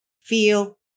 feel